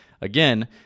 again